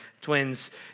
twins